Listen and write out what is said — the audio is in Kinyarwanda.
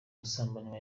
gusambanywa